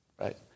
right